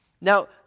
Now